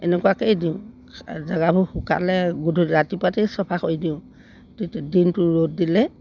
এনেকুৱাকৈয়ে দিওঁ জেগাবোৰ শুকালে গধূলি ৰাতিপুৱাতেই চফা কৰি দিওঁ তেতিয়া দিনটো ৰ'দ দিলে